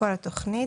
כל התוכנית?